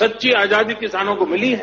सच्ची आजादी किसानों को मिली है